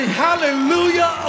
hallelujah